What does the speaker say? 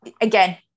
again